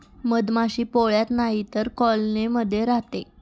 मधमाशी पोळ्यात नाहीतर कॉलोनी मध्ये राहते